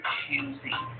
choosing